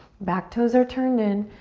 back toes are turned in.